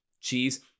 cheese